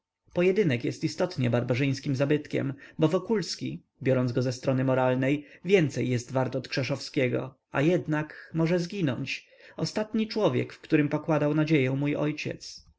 pojedynek jest istotnie barbarzyńskim zabytkiem bo wokulski biorąc go ze strony moralnej więcej jest wart od krzeszowskiego a jednak może zginąć ostatni człowiek w którym pokładał nadzieję mój ojciec